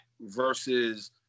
versus